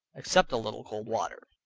except a little cold water.